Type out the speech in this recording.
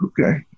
Okay